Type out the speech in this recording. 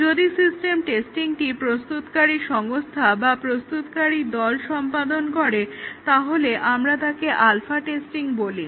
যদি সিস্টেম টেস্টিংটি প্রস্তুতকারী সংস্থা বা প্রস্তুতকারী দল সম্পাদন করে তাহলে আমরা তাকে আলফা টেস্টিং বলি